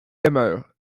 demo